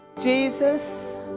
Jesus